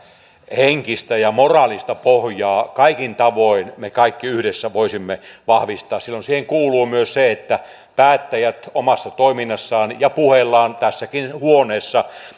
henkistä ja moraalista pohjaa kaikin tavoin me kaikki yhdessä voisimme vahvistaa silloin siihen kuuluu myös se että päättäjät omassa toiminnassaan ja puheillaan tässäkin huoneessa